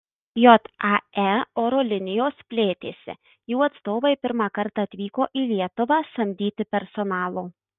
jae oro linijos plėtėsi jų atstovai pirmą kartą atvyko į lietuvą samdyti personalo